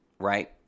Right